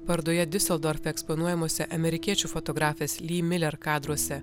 parodoje diuseldorfe eksponuojamose amerikiečių fotografės ly miler ir kadruose